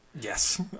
Yes